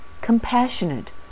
compassionate